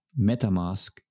MetaMask